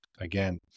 again